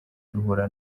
duhura